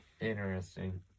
Interesting